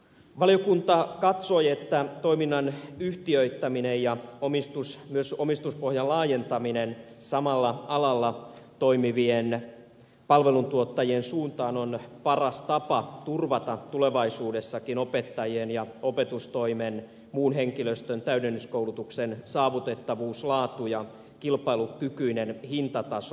valiokunta katsoi että toiminnan yhtiöittäminen ja myös omistuspohjan laajentaminen samalla alalla toimivien palveluntuottajien suuntaan on paras tapa turvata tulevaisuudessakin opettajien ja opetustoimen muun henkilöstön täydennyskoulutuksen saavutettavuus laatu ja kilpailukykyinen hintataso